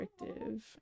restrictive